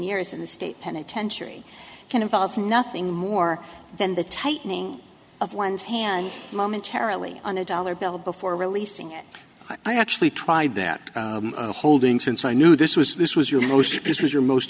years in the state penitentiary can involve nothing more than the tightening of one's hand momentarily on a dollar bill before releasing it i actually tried that holding since i knew this was this was your this was your most